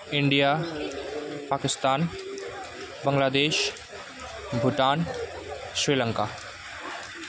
India Pakistan Bangladesh Bhutan Sri Lanka